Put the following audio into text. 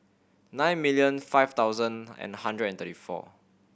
nine million five thousand and hundred and thirty four